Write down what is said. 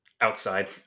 outside